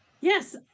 Yes